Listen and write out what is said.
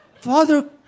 Father